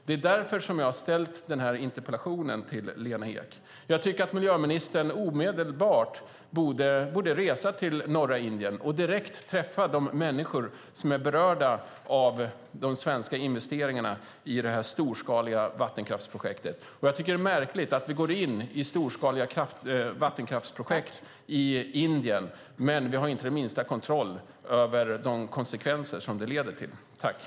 Det är därför som jag har ställt den här interpellationen till Lena Ek. Jag tycker att miljöministern omedelbart borde resa till norra Indien och direkt träffa de människor som är berörda av de svenska investeringarna i det här storskaliga vattenkraftsprojektet. Jag tycker att det är märkligt att vi går in i storskaliga vattenkraftsprojekt i Indien utan att ha minsta kontroll över de konsekvenser det får.